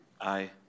Aye